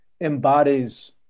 embodies